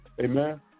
Amen